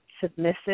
submissive